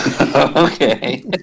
Okay